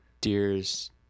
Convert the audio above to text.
Deers